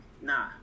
Nah